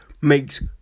makes